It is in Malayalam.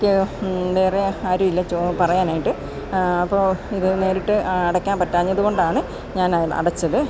എനിക്ക് വേറെ ആരുവില്ല പറയാനായിട്ട് അപ്പോള് ഇത് നേരിട്ട് അടയ്ക്കാൻ പറ്റാഞ്ഞതുകൊണ്ടാണ് ഞാന് അടച്ചത്